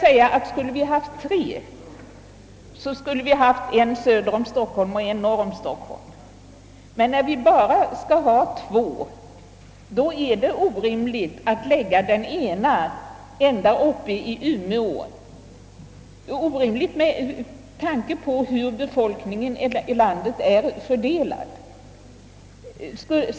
Ja, om vi hade haft tre gymnastikhögskolor, borde en av dem ha placerats söder om Stockholm och en norr om Stockholm, men med tanke på befolkningsfördelningen är det orimligt att lägga den ena av två sådana högskolor ända uppe i Umeå.